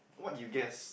what you guess